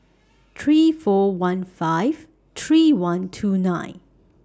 three four one five three one two nine